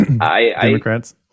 Democrats